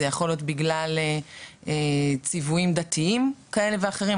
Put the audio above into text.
זה יכול להיות בגלל ציוויים דתיים כאלה ואחרים,